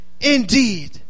indeed